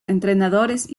entrenadores